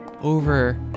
over